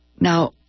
Now